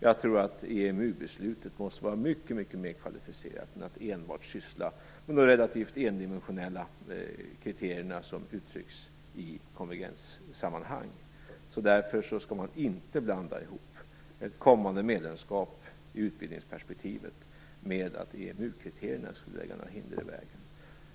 Jag tror att EMU-beslutet måste vara mycket, mycket mer kvalificerat än att enbart syssla med några av de relativt endimensionella kriterier som uttrycks i konvergenssammanhang. Därför skall man inte i utvidgningsperspektivet blanda ihop ett kommande medlemskap med att EMU-kriterierna skulle lägga några hinder i vägen.